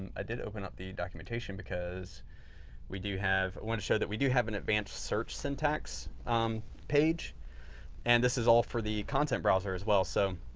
i did open up the documentation because we do have i want to show that we do have an advanced search syntax page and this is all for the content browser as well. so,